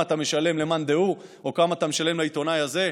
אתה משלם למאן דהוא או כמה אתה משלם לעיתונאי הזה?